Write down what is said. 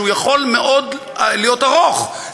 שיכול להיות מאוד ארוך,